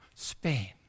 Spain